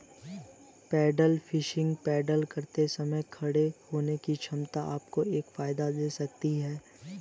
pedal fishing paddling करते समय खड़े होने की क्षमता आपको एक फायदा दे सकती है